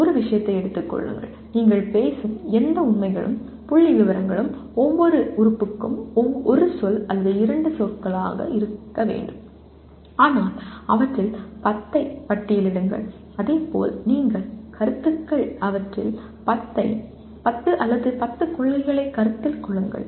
ஒரு விஷயத்தை எடுத்துக் கொள்ளுங்கள் நீங்கள் பேசும் எந்த உண்மைகளும் புள்ளிவிவரங்களும் ஒவ்வொரு உறுப்புக்கும் ஒரு சொல் அல்லது இரண்டு சொற்களாக இருக்க வேண்டும் ஆனால் அவற்றில் 10 ஐ பட்டியலிடுங்கள் அதேபோல் நீங்கள் கருத்துகள் அவற்றில் 10 அல்லது 10 கொள்கைகளை கருத்தில் கொள்ளுங்கள்